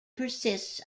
persists